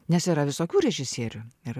nes yra visokių režisierių ir